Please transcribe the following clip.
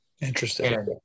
Interesting